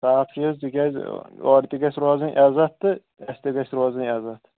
صاف چیٖز تِکیٛازِ اورِ تہِ گژھِ روزُن عزت تہٕ اَسہِ تہِ گژھِ روزُن عزت